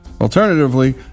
Alternatively